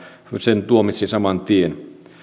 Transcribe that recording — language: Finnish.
sen tuomitsi saman tien